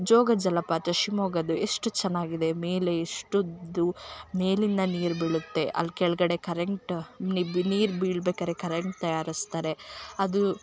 ಜೋಗ ಜಲಪಾತ ಶಿವಮೊಗ್ಗದು ಎಷ್ಟು ಚೆನ್ನಾಗಿದೆ ಮೇಲೆ ಎಸ್ಟೋದು ಮೇಲಿಂದ ನೀರು ಬೀಳುತ್ತೆ ಅಲ್ಲಿ ಕೆಳಗಡೆ ಕರೆಂಟ್ ನಿಬ್ಬಿ ನೀರು ಬಿಳ್ಬೇಕಾರೆ ಕರೆಂಟ್ ತಯಾರಿಸ್ತಾರೆ ಅದು